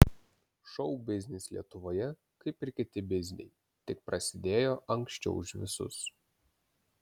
šou biznis lietuvoje kaip ir kiti bizniai tik prasidėjo anksčiau už visus